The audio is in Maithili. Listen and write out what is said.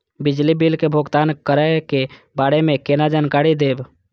बिजली बिल के भुगतान करै के बारे में केना जानकारी देब?